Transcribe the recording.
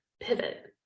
pivot